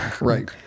Right